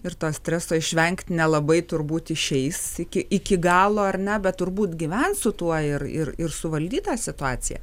ir to streso išvengt nelabai turbūt išeis iki iki galo ar ne bet turbūt gyvent su tuo ir ir ir suvaldyt tą situaciją